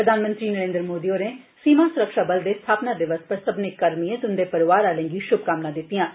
प्रधानमंत्री नरेन्द्र मोदी होरें सीमा सुरक्षा बल दे स्थापना दिवस पर सब्बने कर्मिए ते उंदे परोआर आलें गी शुभकामनाएं दित्तियां न